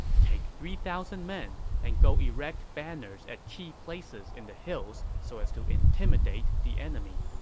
take three thousand men and go erect banners at key places in the hills so as to intimidate the enemy.